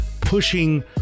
pushing